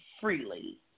freely